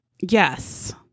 Yes